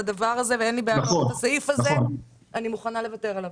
לכן אין לי בעיה לוותר עליו.